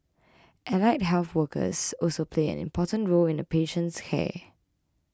allied health workers also play an important role in a patient's care